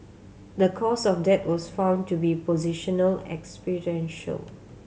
the cause of death was found to be positional